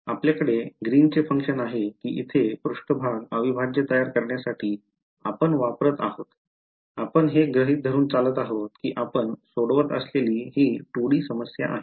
तर आपल्याकडे ग्रीनचे फंक्शन आहे की येथे पृष्ठभाग अविभाज्य तयार करण्यासाठी आपण वापरत आहोत आपण हे गृहीत धरून चालत आहोत कि आपण सोडवत असलेली हि 2D समस्या आहे